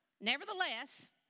Nevertheless